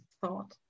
thought